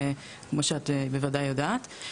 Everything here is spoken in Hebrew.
כמו שאת בוודאי יודעת.